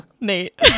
Nate